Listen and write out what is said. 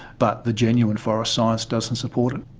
but the genuine forest science doesn't support it.